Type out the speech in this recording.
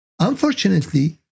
Unfortunately